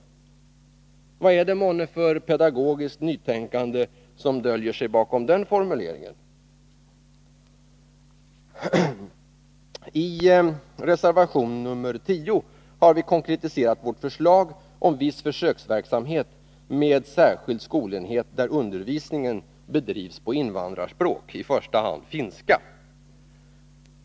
Vad är det månne för pedagogiskt nytänkande som döljer sig bakom den formuleringen? I reservation nr 10 har vi konkretiserat vårt förslag om viss försöksverksamhet med särskild skolenhet där undervisningen bedrivs på invandrarspråk, i första hand finska.